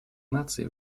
наций